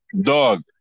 Dog